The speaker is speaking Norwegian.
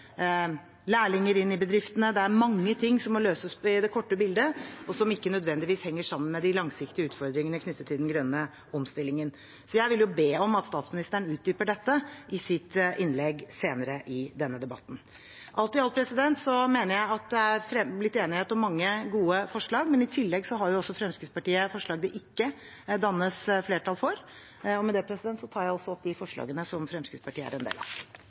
lærlinger inn i bedriftene. Det er mange ting som må løses i det kortsiktige bildet, og som ikke nødvendigvis henger sammen med de langsiktige utfordringene knyttet til den grønne omstillingen. Jeg vil be om at statsministeren utdyper dette i sitt innlegg senere i denne debatten. Alt i alt mener jeg at det er blitt enighet om mange gode forslag, men i tillegg har Fremskrittspartiet forslag det ikke dannes flertall for. Med det tar jeg opp Fremskrittspartiets forslag. Representanten Siv Jensen har tatt opp de forslagene hun refererte til. Dette er